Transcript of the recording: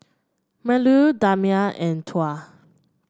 Melur Damia and Tuah